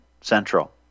central